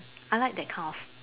I like that kind of